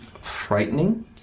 frightening